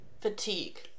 fatigue